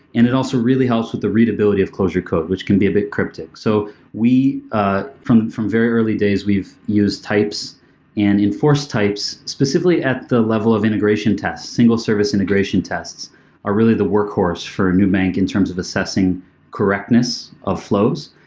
and it also really helps with the readability of clojure code, which can be a bit cryptic. so ah from from very early days, we've used types and enforced types specifically at the level of integration tests, single service integration tests are really the work course for nubank in terms of assessing correctness of flows,